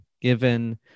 given